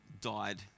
died